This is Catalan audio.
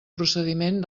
procediment